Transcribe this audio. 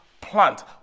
plant